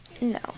No